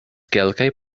kelkaj